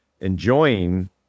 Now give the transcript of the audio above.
Enjoying